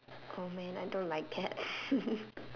oh man I don't like cat